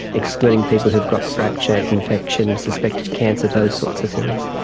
excluding people who've got fracture, infection, suspected cancer, those sorts of things.